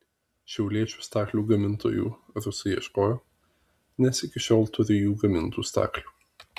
šiauliečių staklių gamintojų rusai ieškojo nes iki šiol turi jų gamintų staklių